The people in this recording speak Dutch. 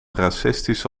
racistische